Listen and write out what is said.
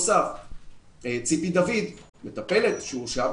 ציפי דוד, מטפלת שהורשעה,